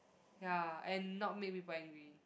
ya and not make people angry